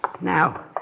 Now